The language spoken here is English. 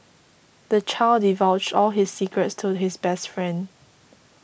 the child divulged all his secrets to his best friend